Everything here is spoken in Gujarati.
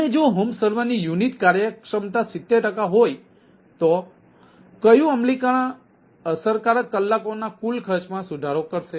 અને જો હોમ સર્વરની યુનિટ કાર્યક્ષમતા 70 ટકા હોય તો કયું અમલીકરણ અસરકારક કલાકોના કુલ ખર્ચ માં સુધારો કરશે